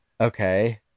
Okay